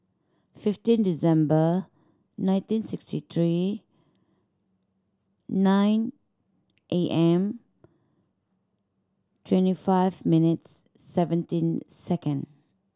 fifteen December nineteen sixty three nine A M twenty five minutes seventeen second